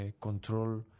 control